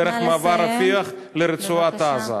דרך מעבר רפיח, לרצועת-עזה.